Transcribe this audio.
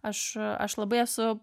aš aš labai esu